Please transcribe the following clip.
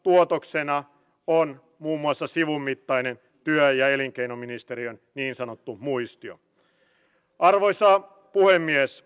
ei tarvitse puhua mututuntumalta ei tarvitse viitata kaverin poikaan joka on rajalla töissä